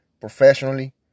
professionally